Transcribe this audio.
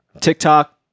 TikTok